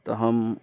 तऽ हम